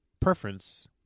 preference